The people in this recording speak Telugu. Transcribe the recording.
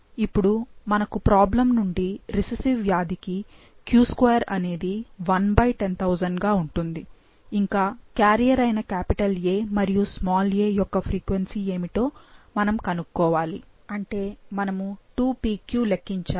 ఇప్పుడు మనకు ప్రాబ్లమ్ నుండి రిసెసివ్ వ్యాధి కి q2 అనేది 110000 గా ఉంటుంది ఇంకా క్యారియర్ అయిన A మరియు a యొక్క ఫ్రీక్వెన్సీ ఏమిటో మనం కనుక్కోవాలి అంటే మనం 2pq లెక్కించాలి